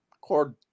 cord